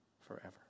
forever